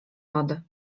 lody